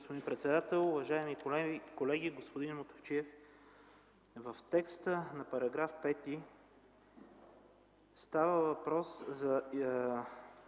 господин председател. Уважаеми колеги! Господин Мутафчиев, в текста на § 5 става въпрос за